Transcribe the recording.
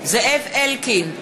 זאב אלקין,